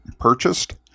purchased